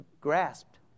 grasped